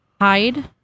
hide